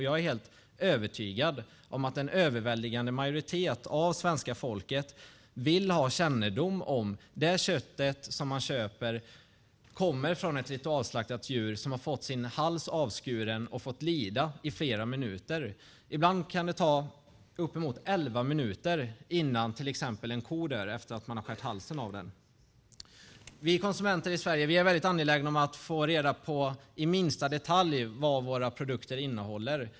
Jag är helt övertygad om att en överväldigande majoritet av svenska folket vill ha kännedom om köttet som de köper kommer från ett ritualslaktat djur som har fått sin hals avskuren och fått lida i flera minuter. Ibland kan det ta uppemot elva minuter innan till exempel en ko dör efter att man har skurit halsen av den. Vi konsumenter i Sverige är väldigt angelägna om att få reda på i minsta detalj vad våra produkter innehåller.